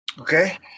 Okay